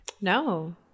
No